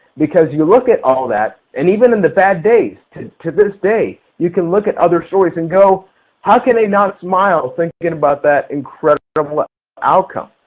because you look at all that and even in the bad days to to this day you can look at other stories and go how can they not smile thinking about that incredible outcome.